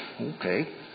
okay